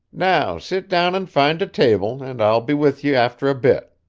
now sit down and find a table, and i'll be with ye after a bit.